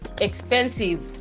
expensive